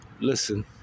Listen